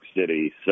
city